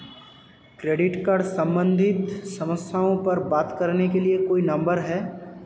Credit card सम्बंधित समस्याओं पर बात करने के लिए कोई नंबर है?